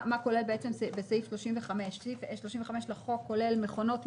כולל סעיף 35. סעיף 35 לחוק כולל: "מכונות,